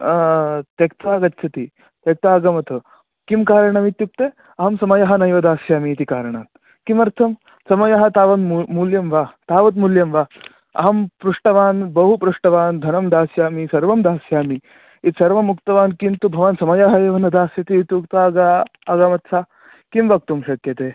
त्यक्त्वा गच्छति त्यक्त्वा अगमत् किं कारणम् इत्युक्ते अहं समयः नैव दास्यामि इति कारणात् किमर्थं समयः तावत् मू मूल्यं वा तावत् मूल्यं वा अहं पृष्टवान् बहु पृष्टवान् धनं दास्यामि सर्वं दास्यामि इति सर्वम् उक्तवान् किन्तु भवान् समयः एव न दास्यति इति उक्त्वा अगमत् सा किं वक्तुं शक्यते